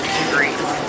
degrees